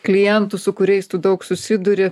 klientų su kuriais tu daug susiduri